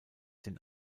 den